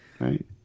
right